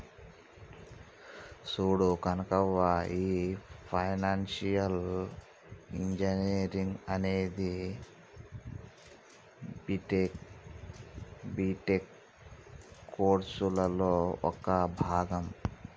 చూడు కనకవ్వ, ఈ financial engineering అనేది బీటెక్ కోర్సులలో ఒక భాగం